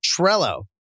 Trello